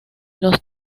los